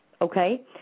Okay